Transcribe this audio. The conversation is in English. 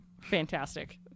Fantastic